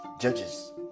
Judges